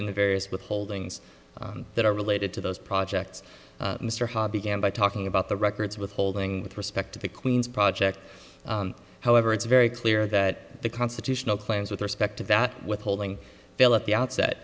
and the various withholdings that are related to those projects mr ha began by talking about the records withholding with respect to the queen's project however it's very clear that the constitutional claims with respect to that withholding bill at the outset